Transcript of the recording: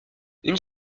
une